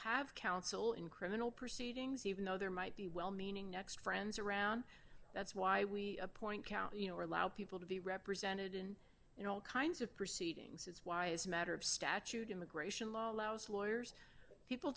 have counsel in criminal proceedings even though there might be well meaning next friends around that's why we appoint count you know or allow people to be represented in you know all kinds of proceedings it's why as a matter of statute immigration law allows lawyers people